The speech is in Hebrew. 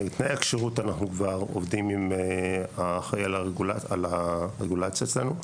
על תנאי הכשירות אנחנו כבר עובדים עם האחראי על הרגולציה אצלנו.